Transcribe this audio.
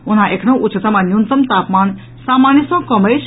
ओना एखनहुं उच्चतम आ न्यूनतम तापमान सामान्य सँ कम अछि